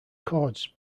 chords